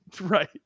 Right